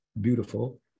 beautiful